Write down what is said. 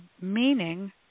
meaning